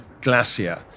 glacier